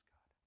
God